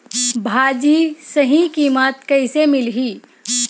भाजी सही कीमत कइसे मिलही?